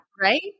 Right